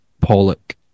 Pollock